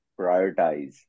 prioritize